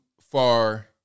far